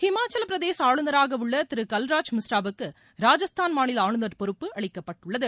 இமாச்சல பிரதேச ஆளுநராக உள்ள திரு கல்ராஜ் மிஸ்ராவுக்கு ராஜஸ்தான் மாநில ஆளுநர் பொறுப்பு அளிக்கப்பட்டுள்ளது